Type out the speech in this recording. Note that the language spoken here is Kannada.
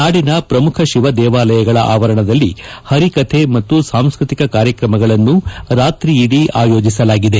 ನಾಡಿನ ಪ್ರಮುಖ ಶಿವ ದೇವಾಲಯಗಳ ಆವರಣದಲ್ಲಿ ಹರಿಕಥೆ ಮತ್ತು ಸಾಂಸ್ಕೃತಿಕ ಕಾರ್ಯಕ್ರಮಗಳನ್ನು ರಾತ್ರಿಯಿಡಿ ಆಯೋಜಿಸಲಾಗಿದೆ